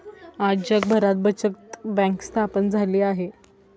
आज जगभरात बचत बँक स्थापन झाली आहे